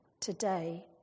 today